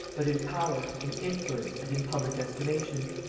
but in power, in influence, and in public estimation.